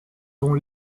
dont